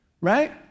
right